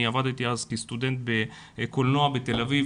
עבדתי אז כסטודנט בקולנוע בתל אביב,